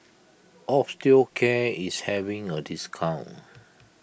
Osteocare is having a discount